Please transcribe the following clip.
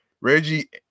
Reggie